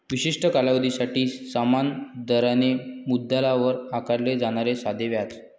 विशिष्ट कालावधीसाठी समान दराने मुद्दलावर आकारले जाणारे साधे व्याज